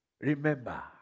remember